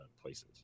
places